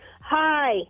Hi